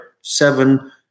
seven